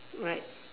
right